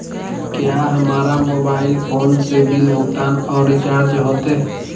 क्या हमारा mobile phone से बिल भुगतान और रिचार्ज होते?